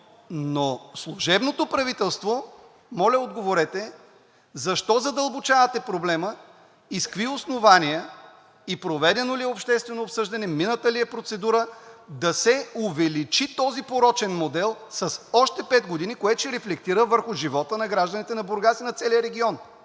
…но служебното правителство, моля, отговорете, защо задълбочавате проблема и с какви основания, и проведено ли е обществено обсъждане, мината ли е процедура да се увеличи този порочен модел с още пет години, което ще рефлектира върху живота на гражданите на Бургас и на целия регион?